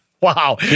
wow